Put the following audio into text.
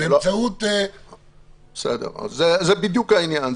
זה בדיוק העניין.